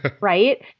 right